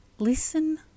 listen